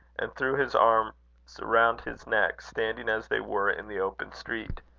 and threw his arms round his neck, standing as they were in the open street.